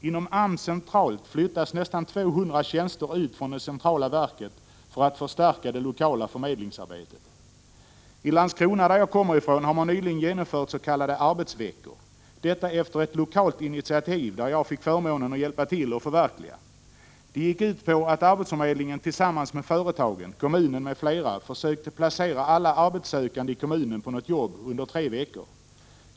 Inom AMS centralt flyttas nästan 200 tjänster ut från det centrala verket för att förstärka det lokala förmedlingsarbetet. I Landskrona, som jag kommer ifrån, har man nyligen genomfört s.k. arbetsveckor. Detta efter ett lokalt initiativ, som jag fick förmånen att hjälpa till att förverkliga. Det gick ut på att arbetsförmedlingen tillsammans med företagen, kommunen, m.fl. försökte placera alla arbetssökande i kommunen på något jobb under tre veckor.